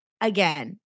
again